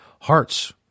Hearts